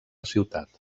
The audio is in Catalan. ciutat